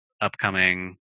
upcoming